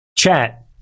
chat